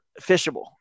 fishable